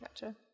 Gotcha